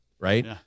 right